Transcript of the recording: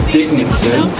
Dickinson